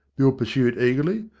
bill pursued, eagerly.